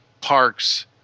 parks